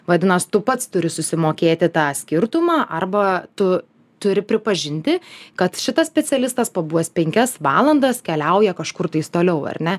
vadinas tu pats turi susimokėti tą skirtumą arba tu turi pripažinti kad šitas specialistas pabuvęs penkias valandas keliauja kažkurtais toliau ar ne